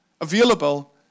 available